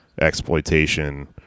exploitation